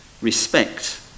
respect